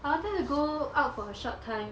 I wanted to go out for a short time